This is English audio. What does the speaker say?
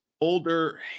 older